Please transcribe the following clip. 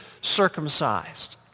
circumcised